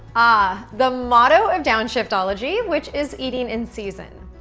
ah, the motto of downshiftology, which is eating in season.